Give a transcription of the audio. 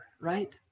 right